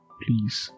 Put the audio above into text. please